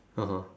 (uh huh)